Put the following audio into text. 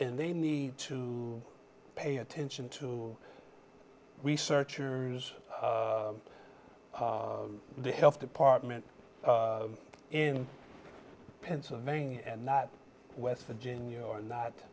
and they need to pay attention to researchers the health department in pennsylvania and not west virginia or not